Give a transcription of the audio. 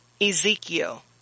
Ezekiel